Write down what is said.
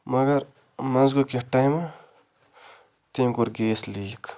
مگر منٛزٕ گوٚو کیٚنٛہہ ٹایمَہ تٔمۍ کوٚر گیس لیٖک